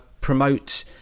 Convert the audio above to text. promote